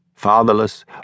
fatherless